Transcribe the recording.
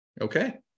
okay